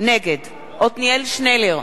נגד עתניאל שנלר,